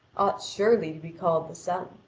ought surely to be called the sun.